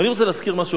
ואני רוצה להזכיר משהו.